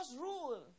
rule